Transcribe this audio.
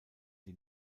die